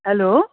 hello